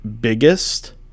biggest